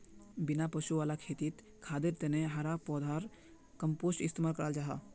बिना पशु वाला खेतित खादर तने हरा पौधार कम्पोस्ट इस्तेमाल कराल जाहा